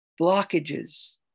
blockages